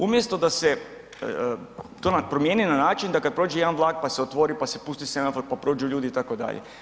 Umjesto da se to promijeni na način da kad prođe jedan vlak, pa se otvori, pa se pusti semafor, pa prođu ljudi itd.